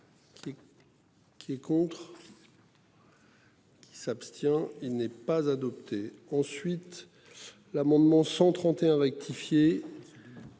Qui est contre. Il s'abstient. Il n'est pas adopté ensuite. L'amendement 131 rectifié.